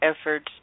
efforts